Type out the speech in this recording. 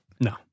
No